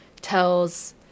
tells